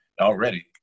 already